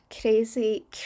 crazy